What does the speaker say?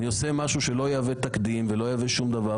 אני עושה משהו שלא יהווה תקדים ולא יהווה שום דבר.